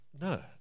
no